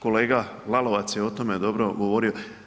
Kolega Lalovac je o tome dobro govorio.